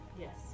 Yes